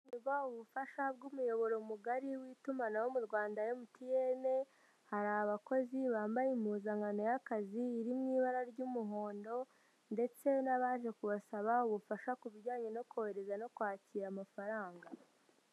Muba ubufasha bw'umuyoboro mugari w'itumanaho mu Rwanda emutiyene, hari abakozi bambaye impuzankano y'akazi iri mu ibara ry'umuhondo, ndetse n'abaje kubasaba ubufasha ku bijyanye no korohereza no kwakira amafaranga.